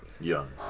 Young